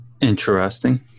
Interesting